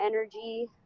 energy